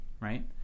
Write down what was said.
right